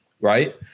Right